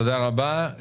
תודה רבה.